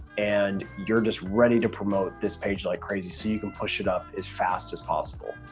and you're just ready to promote this page like crazy. so you can push it up as fast as possible.